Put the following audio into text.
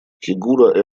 фигура